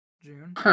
June